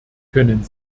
können